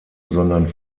sondern